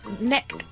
neck